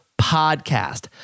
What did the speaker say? podcast